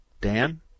Dan